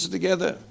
together